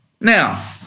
now